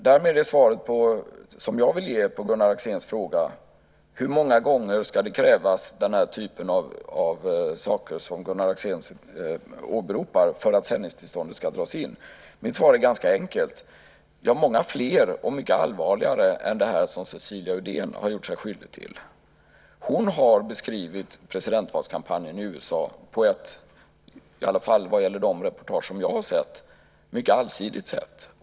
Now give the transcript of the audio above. Det svar som jag vill ge på Gunnar Axéns fråga, hur många gånger det ska krävas den här typen av saker som Gunnar Axén åberopar för att sändningstillståndet ska dras in, är ganska enkelt: Många fler och mycket allvarligare än det som Cecilia Uddén har gjort sig skyldig till. Hon har beskrivit presidentvalskampanjen i USA på ett, i alla fall vad gäller de reportage som jag har sett, mycket allsidigt sätt.